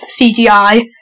CGI